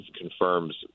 confirms –